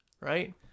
right